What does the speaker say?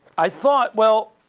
i thought, well,